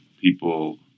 people